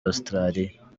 australia